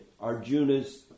Arjuna's